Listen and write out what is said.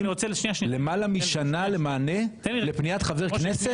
למעלה משנה למענה לפניית חבר כנסת?